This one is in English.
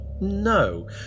No